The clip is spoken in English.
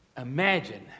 Imagine